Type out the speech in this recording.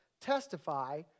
testify